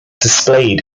displayed